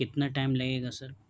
کتنا ٹائم لگے گا سر